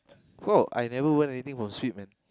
oh I never won anything from Sweep man